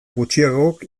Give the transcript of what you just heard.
gutxiagok